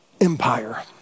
empire